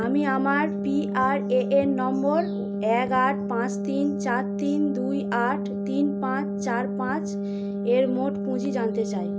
আমি আমার পিআরএএন নম্বর এক আট পাঁচ তিন চার তিন দুই আট তিন পাঁচ চার পাঁচ এর মোট পুঁজি জানতে চাই